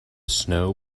snow